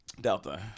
Delta